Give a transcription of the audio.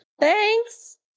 Thanks